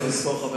אבל צריך לזכור,